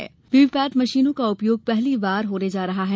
देश में वीवीपैट मशीनों का उपयोग पहली बार होने जा रहा है